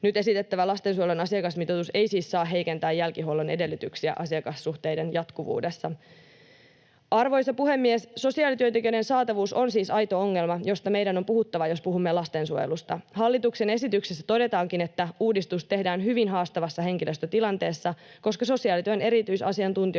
Nyt esitettävä lastensuojelun asiakasmitoitus ei siis saa heikentää jälkihuollon edellytyksiä asiakassuhteiden jatkuvuudessa. Arvoisa puhemies! Sosiaalityöntekijöiden saatavuus on siis aito ongelma, josta meidän on puhuttava, jos puhumme lastensuojelusta. Hallituksen esityksessä todetaankin, että uudistus tehdään hyvin haastavassa henkilöstötilanteessa, koska sosiaalityön erityisasiantuntijoita